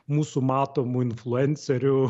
mūsų matomų influencerių